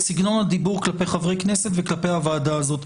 סגנון הדיבור כלפי חברי כנסת וכלפי הוועדה הזאת.